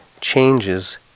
changes